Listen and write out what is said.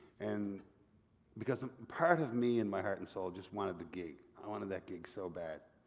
and because a part of me and my heart and soul just wanted the gig, i wanted that gig so bad.